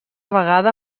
vegada